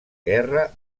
guerra